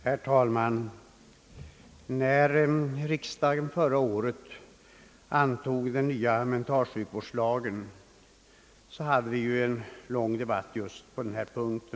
Herr talman! När riksdagen förra året antog den nya mentalsjukvårdslagen fördes en lång debatt just om denna punkt.